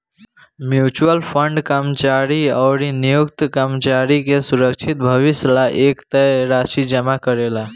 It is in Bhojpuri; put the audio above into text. म्यूच्यूअल फंड कर्मचारी अउरी नियोक्ता कर्मचारी के सुरक्षित भविष्य ला एक तय राशि जमा करेला